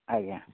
ଆଜ୍ଞା